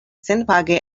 senpage